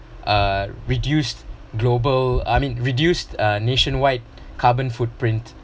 uh reduced global I mean reduced uh nationwide carbon footprint